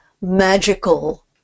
magical